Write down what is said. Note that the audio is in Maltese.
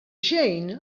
xejn